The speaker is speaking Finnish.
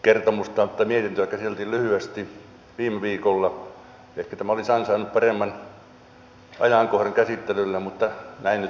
kertomus totta niitä tähänkin asti ehkä tämä olisi ansainnut paremman ajankohdan käsittelylle mutta näin nyt tällä kertaa